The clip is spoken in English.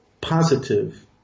positive